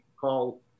call